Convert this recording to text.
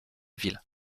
ville